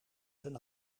zijn